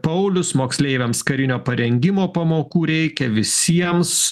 paulius moksleiviams karinio parengimo pamokų reikia visiems